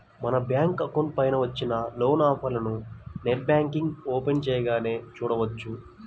మన bank account పైన వచ్చిన లోన్ ఆఫర్లను నెట్ బ్యాంకింగ్ ఓపెన్ చేయగానే చూడవచ్చు